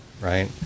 right